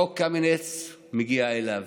חוק קמיניץ מגיע אליו.